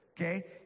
okay